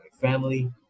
family